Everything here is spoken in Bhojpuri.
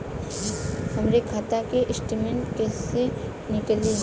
हमरे खाता के स्टेटमेंट कइसे निकली?